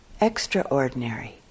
extraordinary